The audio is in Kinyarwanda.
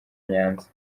nyanza